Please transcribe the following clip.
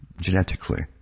genetically